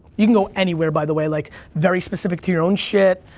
you can go anywhere, by the way, like, very specific to your own shit,